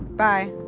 bye